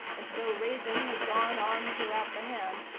and though raising had gone on throughout the hand,